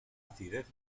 acidez